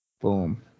Boom